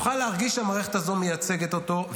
יוכל להרגיש שהמערכת הזו מייצגת אותו,